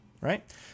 right